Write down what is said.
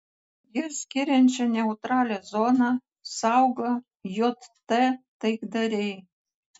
jas skiriančią neutralią zoną saugo jt taikdariai